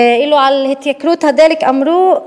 ואילו על התייקרות הדלק אמרו: